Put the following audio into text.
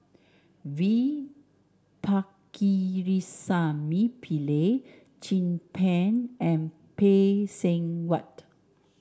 V Pakirisamy Pillai Chin Peng and Phay Seng Whatt